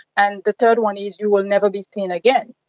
and the third one is you will never be seen again.